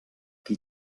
qui